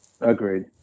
Agreed